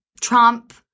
Trump